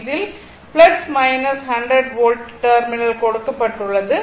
இதில் 100 volt terminal கொடுக்கப்பட்டுள்ளது